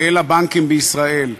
אל הבנקים בישראל,